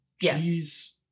Yes